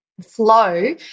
flow